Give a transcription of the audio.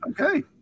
Okay